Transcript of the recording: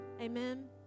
Amen